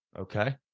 Okay